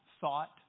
thought